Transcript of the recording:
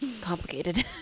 Complicated